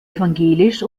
evangelisch